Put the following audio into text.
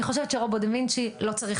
אני חושבת שרובוט דה וינצ'י לא צריך